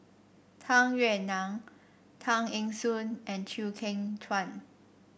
Tung Yue Nang Tay Eng Soon and Chew Kheng Chuan